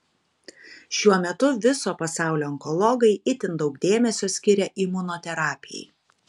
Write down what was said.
šiuo metu viso pasaulio onkologai itin daug dėmesio skiria imunoterapijai